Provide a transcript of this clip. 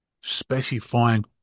specifying